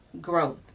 growth